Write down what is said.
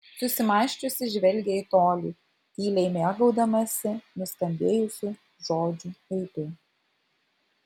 susimąsčiusi žvelgė į tolį tyliai mėgaudamasi nuskambėjusių žodžių aidu